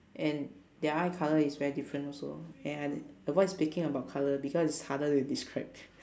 and their eye colour is very different also ya and avoid speaking about colour because it's harder to describe